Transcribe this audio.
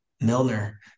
Milner